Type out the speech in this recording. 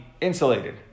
insulated